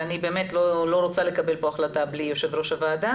אבל אני לא רוצה לקבל כאן החלטה בלי יושב ראש הוועדה.